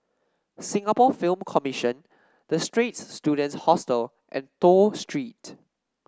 Singapore Film Commission The Straits Students Hostel and Toh Street